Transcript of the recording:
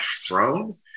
throne